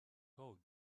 code